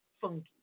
funky